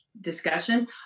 discussion